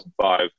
2005